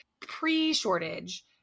pre-shortage